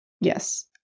Yes